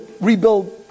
rebuild